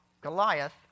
Goliath